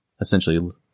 essentially